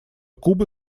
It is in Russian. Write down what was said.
кубы